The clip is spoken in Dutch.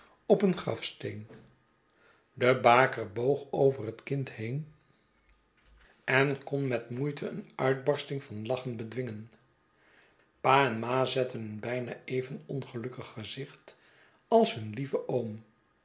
op een gralsteen de baker boog over het kind heen schetsen van boz en kon met moeite een uitbarsting van lachen bedwingen pa en ma zetten een bijna even ongelukkig gezicht als hun lieve oom